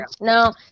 No